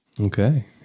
Okay